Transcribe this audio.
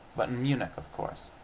but in munich, of course!